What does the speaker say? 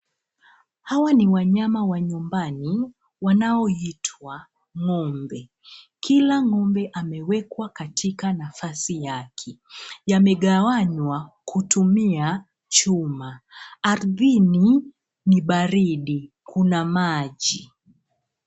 Hawa ni wanyama wa nyumbani wanaoitwa ng'ombe. Kila ng'ombe amewekwa katika nafasi yake. Yamegawanywa kutumia chuma. Ardhini ni baridi. Kuna maji.